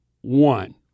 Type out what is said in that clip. one